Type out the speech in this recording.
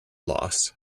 loss